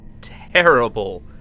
terrible